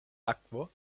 akvo